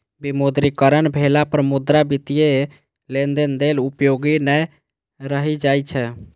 विमुद्रीकरण भेला पर मुद्रा वित्तीय लेनदेन लेल उपयोगी नै रहि जाइ छै